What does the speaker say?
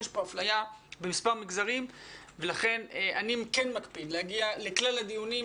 יש פה אפליה במספר מגזרים ולכן אני כן מקפיד להגיע לכלל הדיונים,